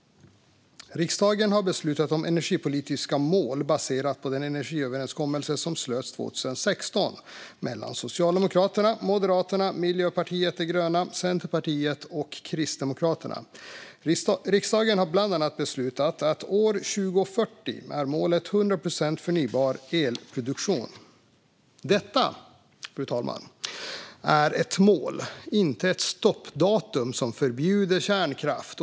Riksdagen har beslutat om energipolitiska mål baserat på den energiöverenskommelse som slöts 2016 mellan Socialdemokraterna, Moderaterna, Miljöpartiet de gröna, Centerpartiet och Kristdemokraterna. Riksdagen har bland annat beslutat att målet till 2040 är 100 procent förnybar elproduktion. Fru talman! Det är ett mål, inte ett stoppdatum som förbjuder kärnkraft.